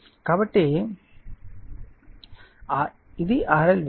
కాబట్టి ఇది RL విలువ